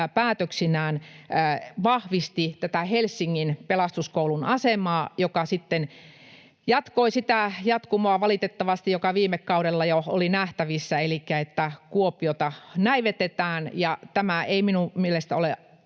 päätöksinään vahvisti Helsingin Pelastuskoulun asemaa, mikä valitettavasti jatkoi sitä jatkumoa, joka viime kaudella oli jo nähtävissä, elikkä sitä, että Kuopiota näivetetään. Tämä ei minun mielestäni ole